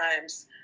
times